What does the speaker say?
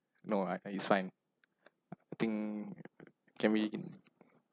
no I I it's fine I think can we in